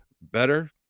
better